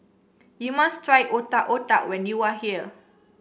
you must try Otak Otak when you are here